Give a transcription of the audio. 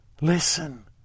Listen